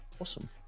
Awesome